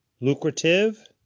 lucrative